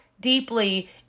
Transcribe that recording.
deeply